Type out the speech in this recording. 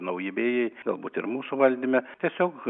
nauji vėjai galbūt ir mūsų valdyme tiesiog